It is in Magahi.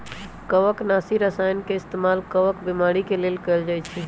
कवकनाशी रसायन के इस्तेमाल कवक बीमारी के लेल कएल जाई छई